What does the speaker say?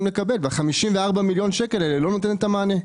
לקבל וה-54 מיליון שקל האלה לא נותן את המענה.